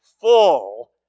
full